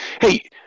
Hey